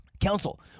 counsel